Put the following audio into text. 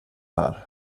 här